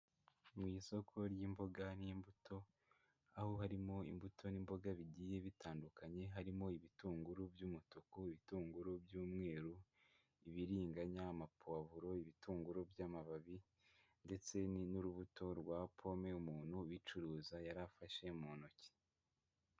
Mu isoko ry'imboga n'imbuto aho harimo imbuto n'imboga bigiye bitandukanye harimo ibitunguru by'umutuku, ibitunguru by'umweru, ibiringanya, amapuwavuro, ibitunguru by'amababi ndetse n'urubuto rwa pome umuntu ubicuruza yari afashe mu ntoki.